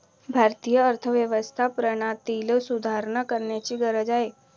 भारतीय अर्थव्यवस्था प्रणालीत सुधारणा करण्याची गरज आहे